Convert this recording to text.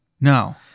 No